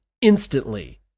instantly